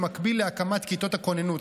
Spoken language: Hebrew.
במקביל להקמת כיתות הכוננות,